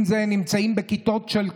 אם זה כי הם נמצאים בכיתות של קרוונים,